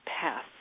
path